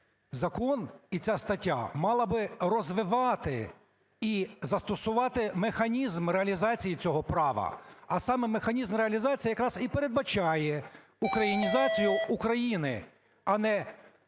закон і ця стаття мала би розвивати і застосувати механізм реалізації цього права, а саме механізм реалізації якраз і передбачає українізацію України, а не,